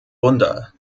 wunder